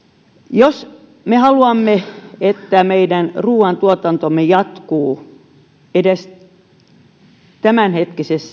jos me haluamme että meidän ruoantuotantomme jatkuu edes tämänhetkisellä